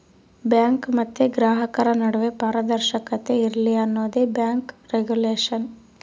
bank ಮತ್ತೆ ಗ್ರಾಹಕರ ನಡುವೆ ಪಾರದರ್ಶಕತೆ ಇರ್ಲಿ ಅನ್ನೋದೇ ಬ್ಯಾಂಕ್ ರಿಗುಲೇಷನ್